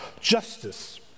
Justice